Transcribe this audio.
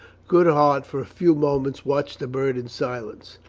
goodhart for a few moments watched a bird in silence.